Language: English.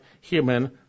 human